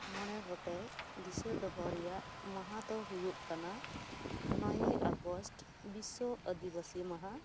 ᱢᱚᱬᱮ ᱜᱚᱴᱮᱡ ᱫᱤᱥᱟᱹ ᱫᱚᱦᱚ ᱨᱮᱭᱟᱜ ᱢᱟᱦᱟ ᱫᱚ ᱦᱩᱭᱩᱜ ᱠᱟᱱᱟ ᱱᱚᱭᱮᱭ ᱟᱜᱚᱥᱴ ᱵᱤᱥᱥᱚ ᱟᱹᱫᱤᱵᱟᱹᱥᱤ ᱢᱟᱦᱟ